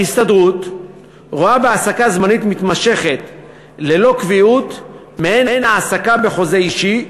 ההסתדרות רואה בהעסקה זמנית מתמשכת ללא קביעות מעין העסקה בחוזה אישי,